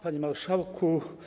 Panie Marszałku!